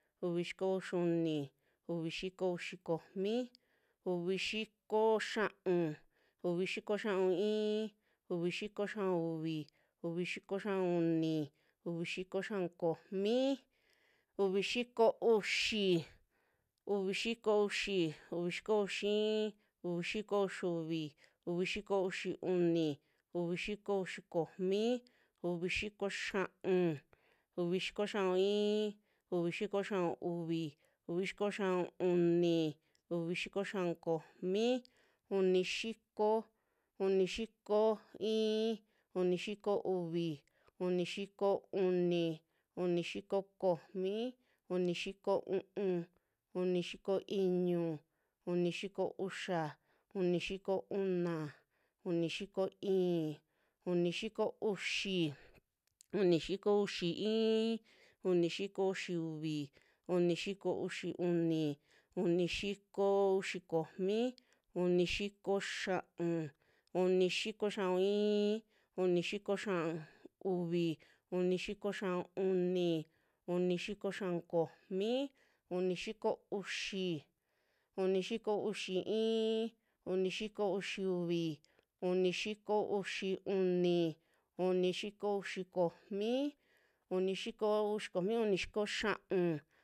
Uvi xiko uxiuni, uvi xiko uxi komi, uvi xiko xia'un, uvi xiko xia'un iin, uvi xiko xia'un uvi, uvi xiko xia'un uni, uvi xiko xia'un komi uvi xiko uxi, uvi xiko uxi iin, uvi xiko ixi uvi, uvi xiko uxi uni, uvi xiko uxi komi, uvi xiko xia'un, uvi xiko xia'un iin, uvi xiko xia'un uvi, uvi xiko xia'un uni, uvi xiko xia'un komi, unixiko, unixiko iin, unixiko uvi, unixiko uni, unixiko komi, unixiko u'un, unixiko iñu, unixiko uxa. unixiko una, unixiko i'in, unixiko uxi, unixiko uxi iin, unixiko uxiuvi, unixiko uxiuni, unixiko uxi komi, unixiko xia'un, unixiko xia'un iin, unixiko xia'un uvi, unixiko xia'un uni, unixiko xia'un komi unixiko uxi, unixiko uxi iin, unixiko uxiuvi, unixiko uxiuni, unixiko uxi komi, unixiko uxi komi, unixiko xia'un.